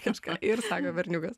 kažką ir sako berniukas